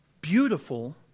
beautiful